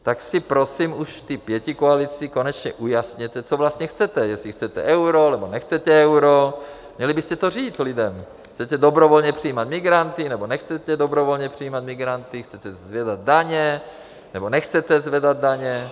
Tak si prosím už v té pětikoalici konečně ujasněte, co vlastně chcete, jestli chcete euro, nebo nechcete euro, měli byste to říct lidem, Chcete dobrovolně přijímat migranty, nebo nechcete dobrovolně přijímat migranty, chcete zvedat daně, nebo nechcete zvedat daně?